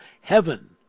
heaven